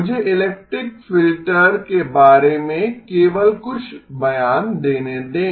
मुझे elliptic filter के बारे में केवल कुछ बयान देंने दें